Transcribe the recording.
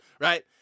right